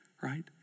Right